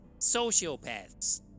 sociopaths